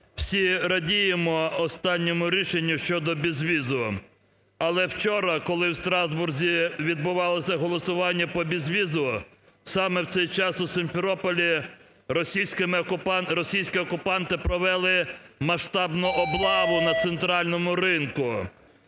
всі радіємо останньому рішенню щодо безвізу. Але вчора, коли в Страсбурзі відбувалося голосування по бізвізу, саме в цей час у Сімферополі російськими окупантами... російські окупанти провели масштабну облав на центральному ринку.